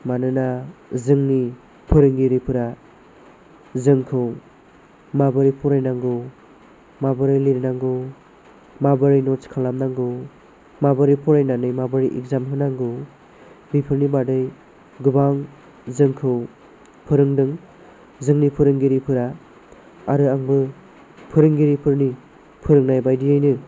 मानोना जोंनि फोरोंगिरिफोरा जोंखौ माबोरै फरायनांगौ माबोरै लिरनांगौ माबोरै नत्स खालामनांगौ माबोरै फरायनानै माबोरै एग्जाम होनांगौ बेफोरनि बागै गोबां जोंखौ फोरोंदों जोंनि फोरोंगिरिफोरा आरो आंबो फोरोंगिरिफोरनि फोरोंनाय बायदियैनो